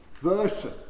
version